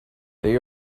they